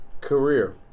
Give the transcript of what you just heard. career